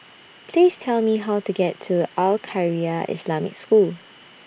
Please Tell Me How to get to Al Khairiah Islamic School